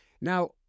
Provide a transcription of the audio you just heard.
Now